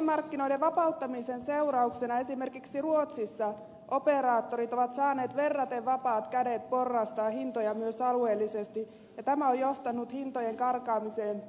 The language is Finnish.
postimarkkinoiden vapauttamisen seurauksena esimerkiksi ruotsissa operaattorit ovat saaneet verraten vapaat kädet porrastaa hintoja myös alueellisesti ja tämä on johtanut hintojen karkaamiseen